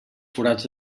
forats